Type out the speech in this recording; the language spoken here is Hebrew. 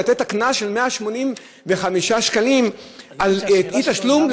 בשביל לתת קנס של 185 שקלים על אי-תשלום,